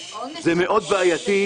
זה מאוד בעייתי,